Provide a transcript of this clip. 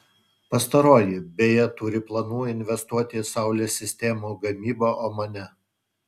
pastaroji beje turi planų investuoti į saulės sistemų gamybą omane